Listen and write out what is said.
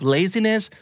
Laziness